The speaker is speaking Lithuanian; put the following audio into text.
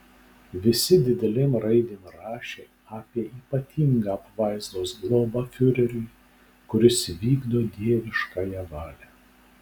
visi didelėm raidėm rašė apie ypatingą apvaizdos globą fiureriui kuris vykdo dieviškąją valią